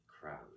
crowd